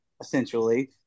essentially